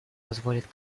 позволит